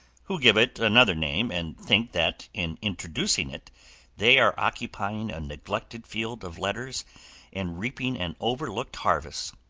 who give it another name and think that in introducing it they are occupying a neglected field of letters and reaping an overlooked harvest.